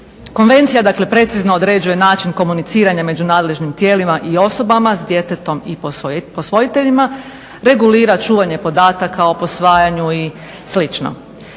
Konvencija precizno određuje način komuniciranja među nadležnim tijelima i osobama s djetetom i posvojiteljima, regulira čuvanje podataka o posvajanju i